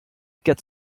get